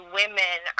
women